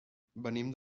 venim